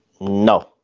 No